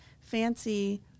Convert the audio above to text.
fancy